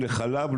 חלב,